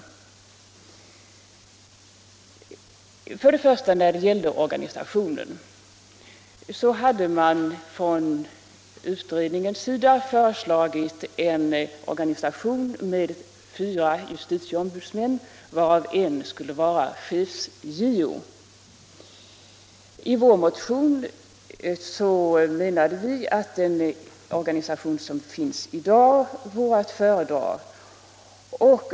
Vad först gäller frågan om JO-organisationen hade utredningen föreslagit en organisation med fyra JO, varav en skulle vara chef-JO. I vår motion framhöll vi att den organisation som finns i dag är att föredra.